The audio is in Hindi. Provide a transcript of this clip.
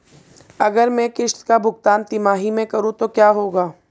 अगर मैं किश्त का भुगतान तिमाही में करूं तो क्या होगा?